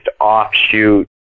offshoot